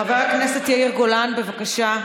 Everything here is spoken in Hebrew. חבר הכנסת יאיר גולן, בבקשה.